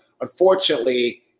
unfortunately